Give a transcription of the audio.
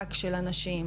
למאבק של הנשים,